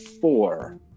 four